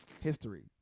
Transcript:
history